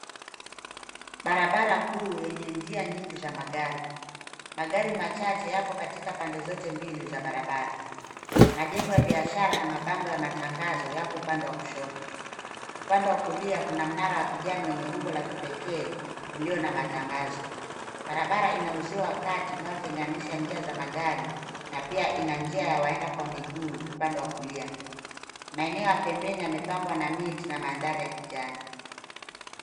Barabara kuu yenye njia nyingi za magari, zikiwa na magari yakiwa kwenye pande zote mbili. Upande wa kushoto kuna majengo ya kibiashara na mabango ya matangazo, huku upande wa kulia ukiwa na mnara wa kijani wenye umbo la kipekee na matangazo. Barabara inaweka msongamano kidogo, ikiwa na njia za magari na pia njia za watembea miguu. Pembeni kuna miti midogo na mandhari ya kijani.